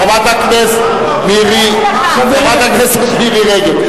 חברת הכנסת מירי רגב.